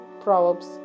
Proverbs